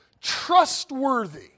trustworthy